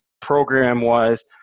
program-wise